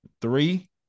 three